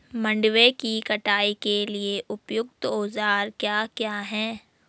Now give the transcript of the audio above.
मंडवे की कटाई के लिए उपयुक्त औज़ार क्या क्या हैं?